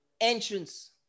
entrance